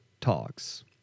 talks